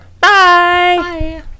Bye